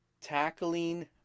tackling